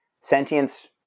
sentience